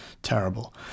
Terrible